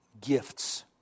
gifts